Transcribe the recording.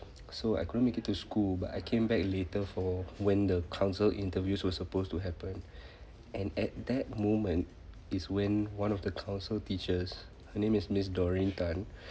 so I couldn't make it to school but I came back later for when the council interviews were supposed to happen and at that moment is when one of the council teachers her name is miss doreen tan